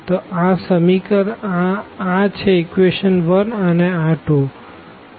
તો આ છે ઇક્વેશન 1 અને આ 2